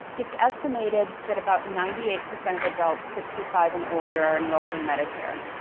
it's estimated that about ninety eight percent of adults, sixty five and older are enrolled in medicare.